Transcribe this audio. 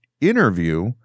interview